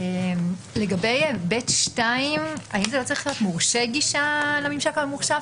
לגבי (ב)(2) האם זה לא צריך להיות "מורשי גישה לממשק הממוחשב"?